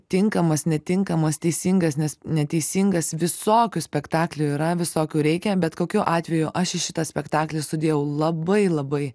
tinkamas netinkamas teisingas nes neteisingas visokių spektaklių yra visokių reikia bet kokiu atveju aš į šitą spektaklį sudėjau labai labai